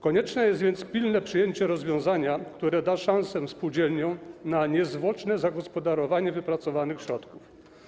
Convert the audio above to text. Konieczne jest więc pilne przyjęcie rozwiązania, które da spółdzielniom szansę na niezwłoczne zagospodarowanie wypracowanych środków.